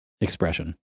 expression